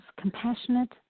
compassionate